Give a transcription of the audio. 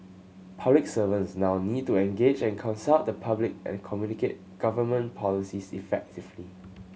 public servants now need to engage and consult the public and communicate government policies effectively